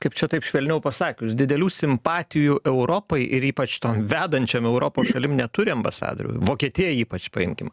kaip čia taip švelniau pasakius didelių simpatijų europai ir ypač tom vedančiom europos šalim neturi ambasadoriau vokietiją ypač paimkim